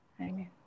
Amen